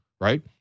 right